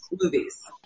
movies